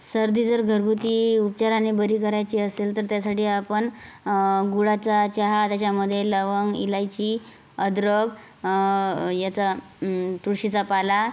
सर्दी जर घरगुती उपचारांनी बरी करायची असेल तर त्यासाठी आपण गुळाचा चहा त्याच्यामध्ये लवंग इलायची अदरक याचा तुळशीचा पाला